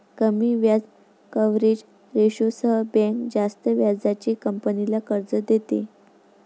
कमी व्याज कव्हरेज रेशोसह बँक जास्त व्याजाने कंपनीला कर्ज देते